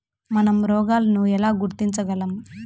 మనం రోగాలను ఎలా గుర్తించగలం?